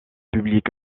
public